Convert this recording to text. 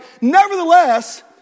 Nevertheless